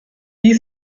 wie